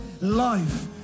life